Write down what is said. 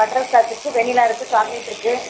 butter scotch இருக்குது vanilla இருக்குது சாக்லேட்டிருக்கு